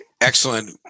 Excellent